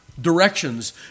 directions